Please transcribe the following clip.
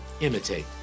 imitate